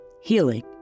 Healing